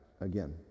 again